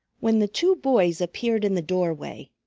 when the two boys appeared in the doorway,